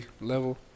level